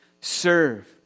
Serve